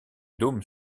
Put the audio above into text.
dôme